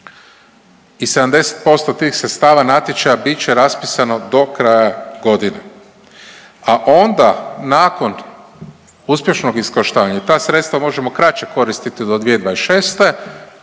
I 70% tih sredstava natječaja bit će raspisano do kraja godine, a onda nakon uspješnog iskorištavanja jer ta sredstva možemo kraće koristiti, do 2026.